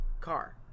car